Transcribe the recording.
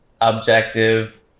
objective